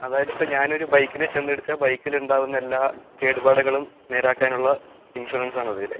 അതായതിപ്പം ഞാനൊരു ബൈക്കിനെ ചെന്നിടിച്ചാൽ ബൈക്കിൽ ഉണ്ടാവുന്ന എല്ലാ കേടുപാടുകളും നേരാക്കാനുള്ള ഇൻഷുറൻസ് ആണത് അല്ലേ